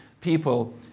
people